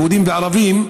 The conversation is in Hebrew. יהודים וערבים.